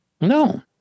No